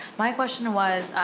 my question was,